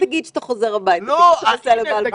אל תגיד שאתה חוזר הביתה, תגיד שאתה נוסע לבלפור.